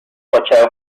plateau